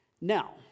Now